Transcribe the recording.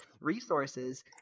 resources